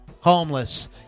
homeless